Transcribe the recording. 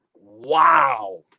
wow